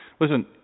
Listen